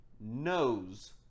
knows